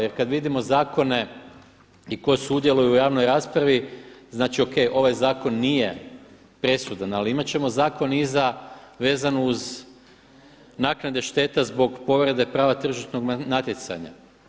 Jer kada vidimo zakone i tko sudjeluje u javnoj raspravi, znači OK, ovaj zakon nije presudan ali imati ćemo zakon i za, vezano uz naknade šteta zbog povrede prava tržišnog natjecanja.